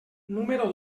número